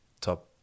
top